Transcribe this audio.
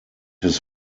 his